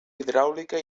hidràulica